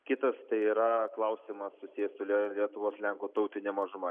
kitas tai yra klausimas susijęs su lie lietuvos lenkų tautine mažuma